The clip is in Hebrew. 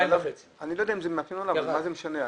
2.5. מה זה משנה?